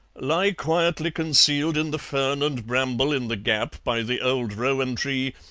lie quietly concealed in the fern and bramble in the gap by the old rowan tree,